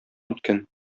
үткен